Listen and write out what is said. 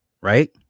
Right